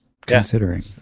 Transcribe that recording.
considering